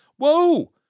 whoa